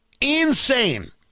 Insane